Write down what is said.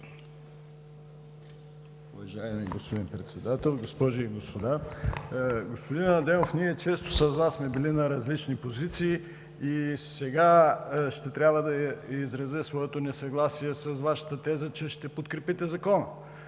Уважаеми господин Председател, госпожи и господа! Господин Адемов, ние често с Вас сме били на различни позиции и сега ще трябва да изразя своето несъгласие с Вашата теза, че ще подкрепите Закона,